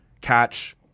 catch